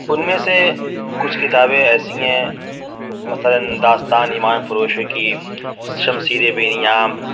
ان میں سے کچھ کتابیں ایسی ہیں مثلاً داستان ایمان فروشوں کی شمشیر بے نیام